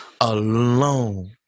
alone